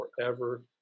forever